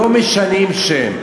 לא משנים שם.